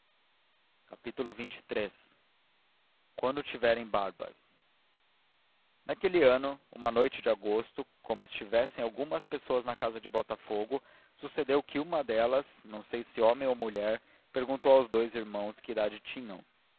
outro xxiii quando tiverem barbas naquele ano uma noite de agosto como estivessem algumas pessoas na casa de botafogo sucedeu que uma delas não sei se homem ou mulher perguntou aos dous irmãos que idade tinham